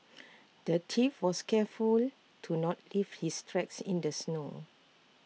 the thief was careful to not leave his tracks in the snow